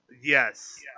Yes